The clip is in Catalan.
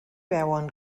veuen